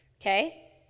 okay